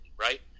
right